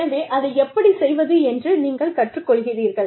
எனவே அதை எப்படிச் செய்வது என்று நீங்கள் கற்றுக்கொள்கிறீர்கள்